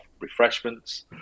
refreshments